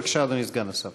בבקשה, אדוני סגן השר.